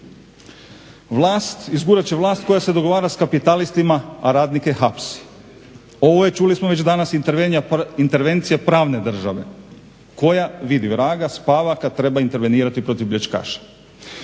Izgurat će vlast koja se dogovara sa kapitalistima, a radnike hapsi. Ovo je čuli smo već danas intervencija pravne države koja vidi vraga spava kad treba intervenirati protiv pljačkaša.